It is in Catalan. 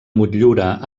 motllura